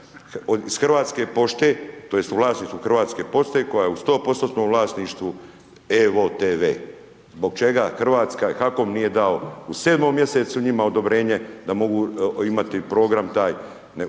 iz Hrvatske pošte tj. u vlasništvu Hrvatske pošte koja je 100%-tnom vlasništvu evo-tv, zbog čega RH, HAKOM nije dao u 7.-mom mjesecu njima odobrenje da mogu imati program taj, nego